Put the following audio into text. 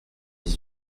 dix